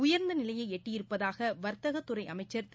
உயர்ந்தநிலையைஎட்டியிருப்பதாகவர்த்தகத்துறைஅமைச்சர் திரு